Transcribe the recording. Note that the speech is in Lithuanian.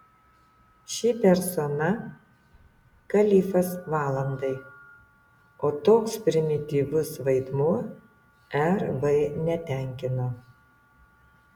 ši persona kalifas valandai o toks primityvus vaidmuo rv netenkino